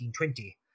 1920